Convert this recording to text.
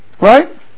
Right